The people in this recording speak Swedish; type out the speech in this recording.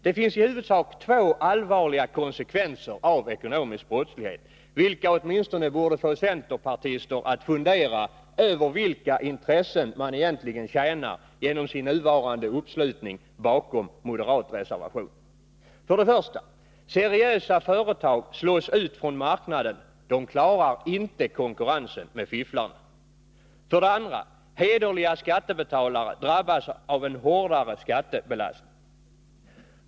Det finns i huvudsak två allvarliga konsekvenser av ekonomisk brottslighet, vilka åtminstone borde få centerpartister att fundera över vilka intressen man egentligen tjänar genom den nuvarande uppslutningen bakom mode Nr 49 ratreservationer. Tisdagen den För det första: Seriösa företag slås ut från marknaden — de klarar inte 14 december 1982 konkurrensen med fifflarna. För det andra: Hederliga skattebetalare drabbas av en hårdare skattebelastning.